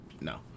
no